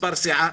מספר סיעה,